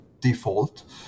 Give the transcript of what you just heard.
default